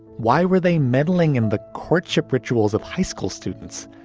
why were they meddling in the courtship rituals of high school students?